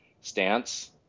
stance